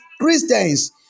Christians